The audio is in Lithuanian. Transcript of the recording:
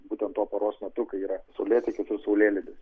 būtent tuo paros metu kai yra saulėtekis ir saulėlydis